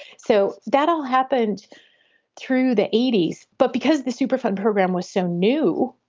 so that all happened through the eighty s. but because the superfund program was so new,